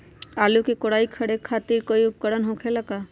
आलू के कोराई करे खातिर कोई उपकरण हो खेला का?